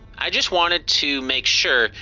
i just, wanted to make sure.